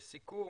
לסיכום,